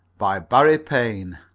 by barry pain